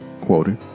quoted